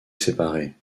séparés